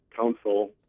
Council